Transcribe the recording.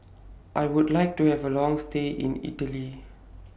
I Would like to Have A Long stay in Italy